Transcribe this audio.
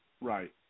Right